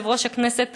יושב-ראש הכנסת,